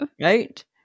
Right